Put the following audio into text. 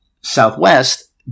Southwest